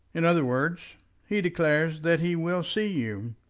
in other words he declares that he will see you.